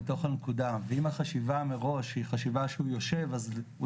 ואם החשיבה מראש היא חשיבה שהוא יושב אז הוא